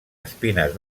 espines